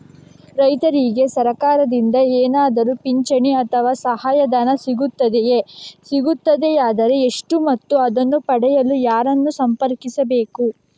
ರೈತರಿಗೆ ಸರಕಾರದಿಂದ ಏನಾದರೂ ಪಿಂಚಣಿ ಅಥವಾ ಸಹಾಯಧನ ಸಿಗುತ್ತದೆಯೇ, ಸಿಗುತ್ತದೆಯಾದರೆ ಎಷ್ಟು ಮತ್ತು ಅದನ್ನು ಪಡೆಯಲು ಯಾರನ್ನು ಸಂಪರ್ಕಿಸಬೇಕು?